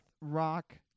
rock